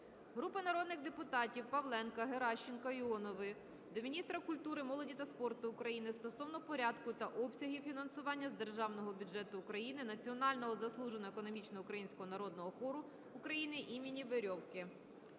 Групи народних депутатів (Павленка, Геращенко, Іонової) до міністра культури, молоді та спорту України стосовно порядку та обсягів фінансування з Державного бюджету України Національного заслуженого академічного українського народного хору України імені Г.Г.Верьовки.